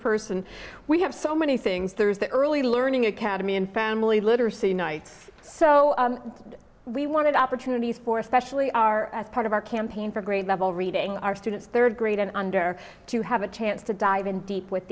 person we have so many things through that early learning academy and family literacy night so we wanted opportunities for especially our part of our campaign for grade level reading our students third grade and under to have a chance to dive in deep with